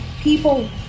people